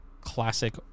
classic